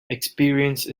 experience